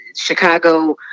Chicago